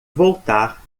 voltar